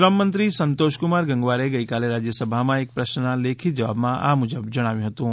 શ્રમમંત્રી સંતોષકુમાર ગંગવારે ગઈકાલે રાજ્યસભામાં એક પ્રશ્નના લેખીત જવાબમાં આ મુજબ જણાવ્યું હતું